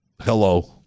Hello